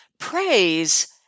Praise